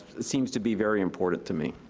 seems to be very important to me.